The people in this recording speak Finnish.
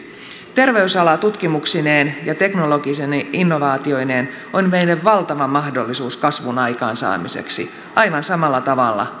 terveysala tutkimuksineen ja teknologisine innovaatioineen on meille valtava mahdollisuus kasvun aikaansaamiseksi aivan samalla tavalla